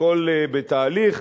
הכול בתהליך,